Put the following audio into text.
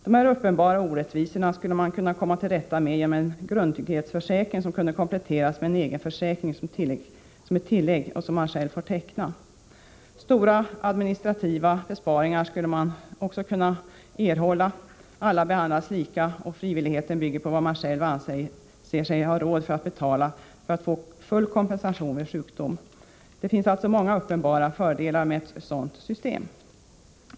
Dessa uppenbara orättvisor skulle man kunna komma till rätta med genom en grundtrygghetsförsäkring som kunde kompletteras med en egenförsäkring, en tilläggsförsäkring som man själv får teckna. Stora administrativa besparingar skulle man också kunna erhålla, alla skulle behandlas lika, och frivilligheten skulle bygga på vad man själv anser sig ha råd att betala för full kompensation vid sjukdom. Det finns alltså många uppenbara fördelar med ett sådant system.